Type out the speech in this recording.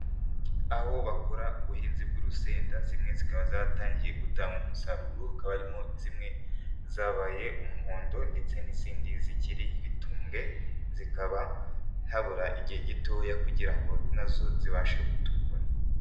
Aho bakora ubuhinzi bw'urusenda zimwe zikaba zatangiye gutanga umusaruro, hakaba harimo zimwe zabaye umuhondo ndetse n'izindi zikiri bitumbwe, zikaba habura igihe gitoya kugira ngo na zo zibashe gutukura.